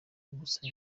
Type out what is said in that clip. gusaba